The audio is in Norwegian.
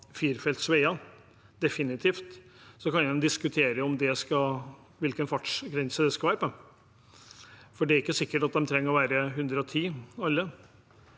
ha firefeltsveier – definitivt. Så kan en diskutere hvilken fartsgrense det skal være, for det er ikke sikkert at alle trenger å ha 110 km/t.